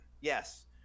yes